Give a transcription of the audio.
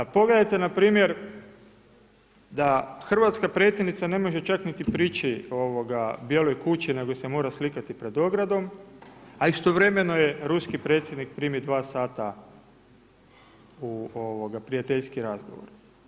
Pogledajte npr. da Hrvatska predsjednica ne može čak niti priči Bijeloj kući, nego se mora slikati pred ogradom, a istovremeno je ruski predsjednik primi 2 sata u prijateljski razgovor.